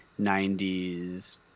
90s